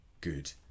good